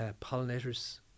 pollinators